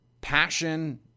passion